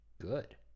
good